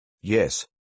Yes